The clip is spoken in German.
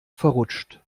verrutscht